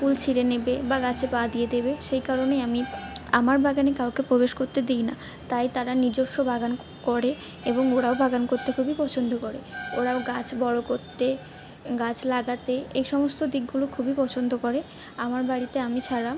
ফুল ছিঁড়ে নেবে বা গাছে পা দিয়ে দেবে সেই কারণেই আমি আমার বাগানে কাউকে প্রবেশ করতে দিই না তাই তারা নিজস্ব বাগান করে এবং ওরাও বাগান করতে খুবই পছন্দ করে ওরাও গাছ বড়ো করতে গাছ লাগাতে এ সমস্ত দিকগুলো খুবই পছন্দ করে আমার বাড়িতে আমি ছাড়া